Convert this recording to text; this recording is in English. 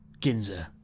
Ginza